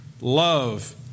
love